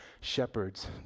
shepherds